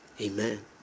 Amen